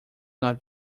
not